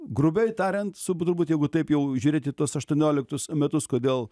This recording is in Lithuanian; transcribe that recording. grubiai tariant sub turbūt jeigu taip jau žiūrėt į tuos aštuonioliktus metus kodėl